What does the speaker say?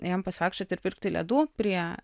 ėjome pasivaikščiot ir pirkti ledų prie